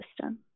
system